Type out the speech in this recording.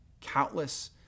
countless